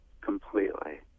completely